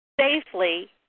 safely